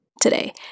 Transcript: today